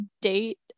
date